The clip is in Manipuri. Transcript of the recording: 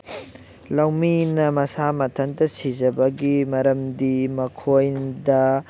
ꯂꯧꯃꯤꯅ ꯃꯁꯥ ꯃꯊꯟꯇ ꯁꯤꯖꯕꯒꯤ ꯃꯔꯝꯗꯤ ꯃꯈꯣꯏꯗ